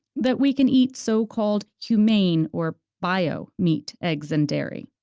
that we can eat so-called humane or bio meat, eggs, and dairy.